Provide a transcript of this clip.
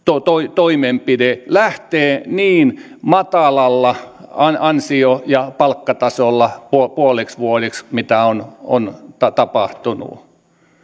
toimenpide lähtee niin matalalla ansio ja palkkatasolla puoleksi vuodeksi mitä on on tapahtunut